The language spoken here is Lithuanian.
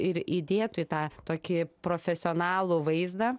ir įdėtų į tą tokį profesionalų vaizdą